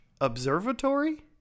observatory